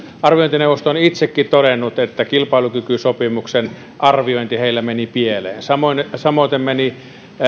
on itsekin todennut että kilpailukykysopimuksen arviointi heillä meni pieleen samoiten meni